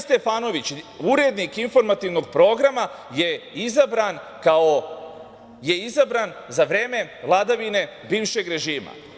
Stefanović, urednik informativnog programa je izabran za vreme vladavine bivšeg režima.